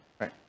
Right